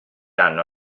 hanno